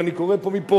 ואני קורא מפה,